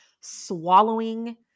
swallowing